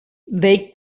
they